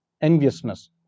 enviousness